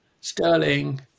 Sterling